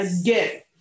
again